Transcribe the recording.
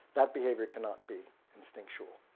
that behavior cannot be instinctual.